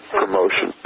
promotion